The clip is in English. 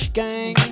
gang